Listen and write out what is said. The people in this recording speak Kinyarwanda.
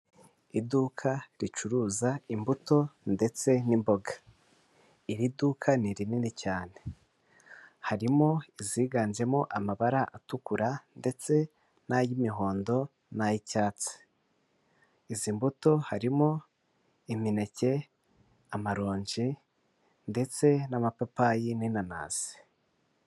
Iduka ricuruza imbuto ndetse n'imboga. Iri duka ni rinini cyane, harimo iziganjemo amabara atukura ndetse n'ay'imihondo, n'ay'icyatsi. Izi mbuto harimo imineke, amaronji ndetse n'amapapayi, n'inanasi.